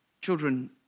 children